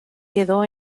quedó